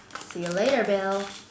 see you later bill